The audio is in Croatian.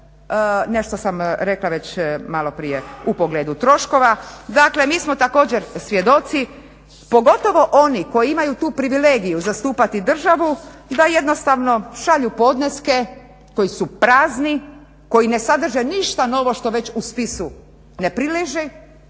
nešto sam rekla već maloprije u pogledu troškova, dakle mi smo također svjedoci pogotovo oni koji imaju tu privilegiju zastupati državu, da jednostavno šalju podneske koji su prazni, koji ne sadrže ništa novo što već u spisu ne prileže,